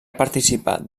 participat